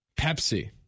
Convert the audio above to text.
Pepsi